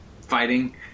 fighting